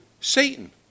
Satan